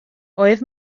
oedd